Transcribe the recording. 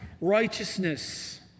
righteousness